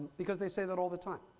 because they say that all the time.